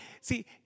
See